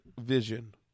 vision